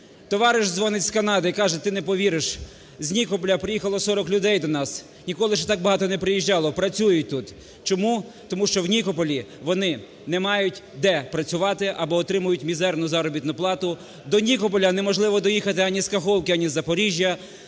Товариш дзвонить з Канади і каже: ти не повіриш, з Нікополя приїхало 40 людей до нас, ніколи ще так багато не приїжджало, працюють тут. Чому? Тому що в Нікополі вони не мають де працювати або отримають мізерну заробітну плату. До Нікополя неможливо доїхати ані з Каховки, ані з Запоріжжя.